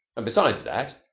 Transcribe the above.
and besides that,